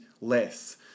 less